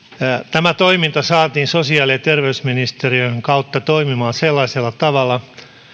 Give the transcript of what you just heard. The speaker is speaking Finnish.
tämä toiminta saatiin sosiaali ja terveysministeriön kautta toimimaan sellaisella tavalla